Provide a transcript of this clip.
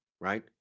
Right